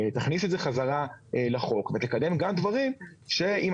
תכניס את זה חזרה לחוק ותקדם גם דברים שאם